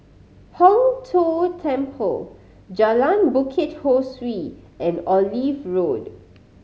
Hong Tho Temple Jalan Bukit Ho Swee and Olive Road